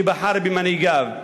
שבחר במנהיגיו.